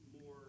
more